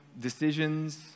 decisions